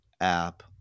app